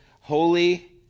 holy